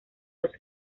los